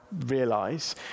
realise